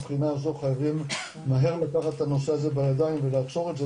מהבחינה הזו חייבים מהר לקחת את הנושא הזה בידיים ולעצור את זה,